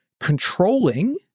controlling